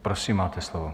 Prosím, máte slovo.